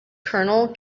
kernel